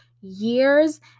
years